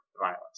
violence